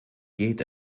geht